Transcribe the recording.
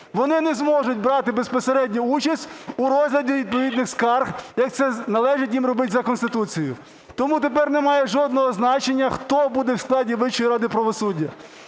Вони не зможуть брати безпосередньо участь у розгляді відповідних скарг, як це належить їм робити за Конституцією. Тому тепер не має жодного значення, хто буде в складі Вищої ради правосуддя.